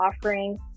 offering